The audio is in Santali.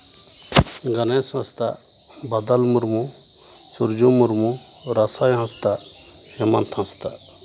ᱜᱚᱱᱮᱥ ᱦᱟᱸᱥᱫᱟ ᱵᱟᱫᱚᱞ ᱢᱩᱨᱢᱩ ᱥᱩᱨᱡᱚ ᱢᱩᱨᱢᱩ ᱨᱟᱥᱟᱭ ᱦᱟᱸᱥᱫᱟ ᱦᱮᱢᱟᱱᱛᱷ ᱦᱟᱸᱥᱫᱟ